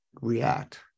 react